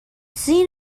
seen